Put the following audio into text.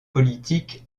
politique